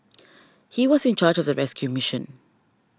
he was in charge of the rescue mission